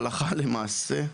הלכה למעשה,